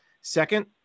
Second